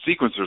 Sequencers